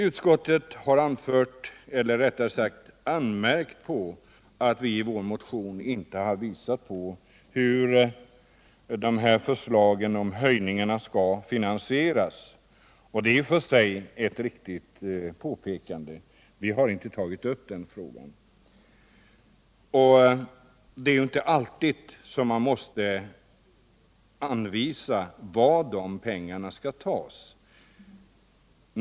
Utskottet har anfört — eller rättare sagt anmärkt på — att vi i vår motion inte har visat hur de föreslagna höjningarna skall finansieras. Det är i och för sig ett riktigt påpekande att vi inte har tagit upp den frågan. Men man är inte alltid tvungen att anvisa varifrån pengarna skall tas.